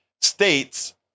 states